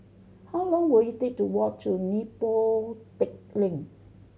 how long will it take to walk to Neo Pee Teck Lane